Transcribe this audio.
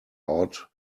out